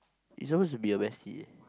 he supposed to be your bestie eh